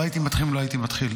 לא הייתי מתחיל אם לא הייתי מתחיל.